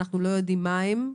שאנחנו לא יודעים מה הם.